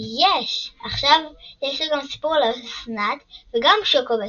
יש! עכשיו יש לו גם סיפור לאסנת וגם שוקו בשקית.